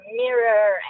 mirror